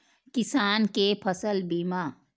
किसान कै फसल बीमा?